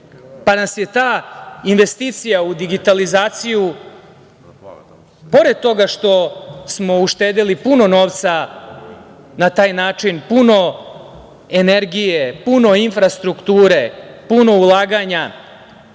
Pa, nas je ta investicija u digitalizaciju pored toga što smo uštedeli puno novca na taj način, puno energije, puno infrastrukture, puno ulaganja,